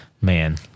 Man